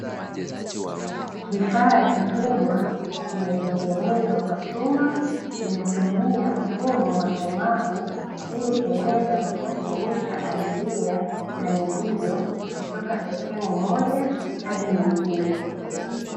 Kifaa kikubwa kimetengenezwa kwa chuma, kinatumia mfumo wa sumaku, ili kuweza kusafirisha abiria na mizigo, kutoka sehemu moja hadi nyingine.